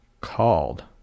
called